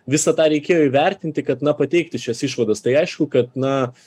visą tą reikėjo įvertinti kad na pateikti šias išvadas tai aišku kad na